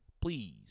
please